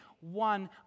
one